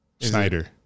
Schneider